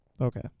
Okay